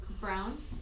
brown